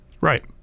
Right